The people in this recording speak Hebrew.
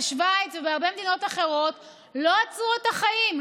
בשווייץ ובהרבה מדינות אחרות לא עצרו את החיים,